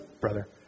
brother